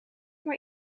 maar